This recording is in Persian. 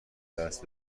درس